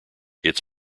its